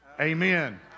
Amen